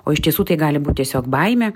o iš tiesų tai gali būt tiesiog baimė